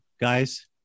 guys